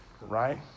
right